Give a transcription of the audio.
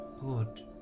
Good